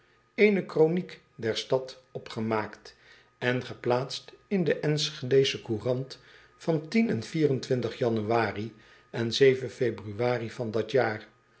eene kronijk der stad opgemaakt en geplaatst in de nschedesche ourant van en an en ebr van dat jaar